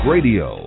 Radio